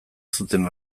zuten